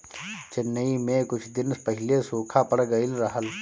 चेन्नई में कुछ दिन पहिले सूखा पड़ गइल रहल